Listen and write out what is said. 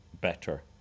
better